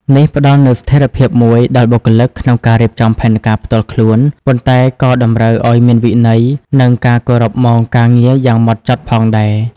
នេះផ្តល់នូវស្ថេរភាពមួយដល់បុគ្គលិកក្នុងការរៀបចំផែនការផ្ទាល់ខ្លួន ប៉ុន្តែក៏តម្រូវឱ្យមានវិន័យ និងការគោរពម៉ោងការងារយ៉ាងម៉ត់ចត់ផងដែរ។